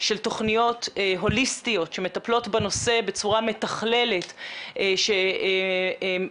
של תוכניות הוליסטיות שמטפלות בנושא בצורה מתכללת שמשפרת